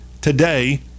today